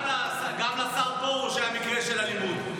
גם לשר פרוש היה מקרה של אלימות.